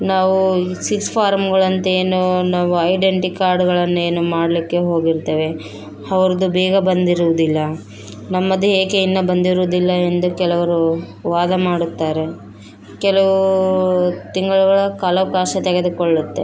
ನಾವು ಈ ಸಿಡ್ಸ್ ಫಾರಮುಗಳಂತೆ ಏನು ನಾವು ಐಡಂಟಿ ಕಾರ್ಡುಗಳನ್ನೇನು ಮಾಡಲ್ಲಿಕ್ಕೆ ಹೋಗಿರ್ತೇವೆ ಅವ್ರದ್ದು ಬೇಗ ಬಂದಿರುವುದಿಲ್ಲ ನಮ್ಮದು ಏಕೆ ಇನ್ನ ಬಂದಿರುವುದಿಲ್ಲ ಎಂದು ಕೆಲವರು ವಾದ ಮಾಡುತ್ತಾರೆ ಕೆಲವು ತಿಂಗಳುಗಳ ಕಾಲ ಭಾಷೆ ತೆಗೆದುಕೊಳ್ಳುತ್ತೆ